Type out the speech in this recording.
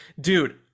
Dude